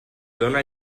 dóna